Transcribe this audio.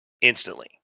instantly